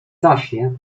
zaśnie